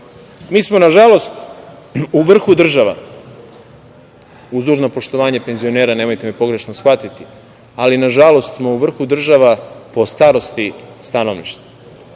Mi smo nažalost u vrhu država, uz dužno poštovanje penzionera, nemojte me pogrešno shvatiti, ali nažalost smo u vrhu država po starosti stanovništva.